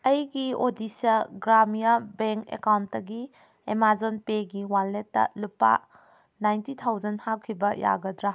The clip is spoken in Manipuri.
ꯑꯩꯒꯤ ꯑꯣꯗꯤꯁꯥ ꯒ꯭ꯔꯥꯃꯤꯌꯥ ꯕꯦꯡ ꯑꯦꯀꯥꯎꯟꯇꯒꯤ ꯑꯦꯃꯥꯖꯣꯟ ꯄꯦꯒꯤ ꯋꯥꯂꯦꯠꯇ ꯂꯨꯄꯥ ꯅꯥꯏꯟꯇꯤ ꯊꯥꯎꯖꯟ ꯍꯥꯞꯈꯤꯕ ꯌꯥꯒꯗ꯭ꯔꯥ